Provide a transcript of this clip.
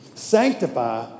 Sanctify